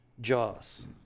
Jaws